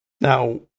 Now